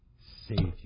Savior